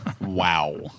Wow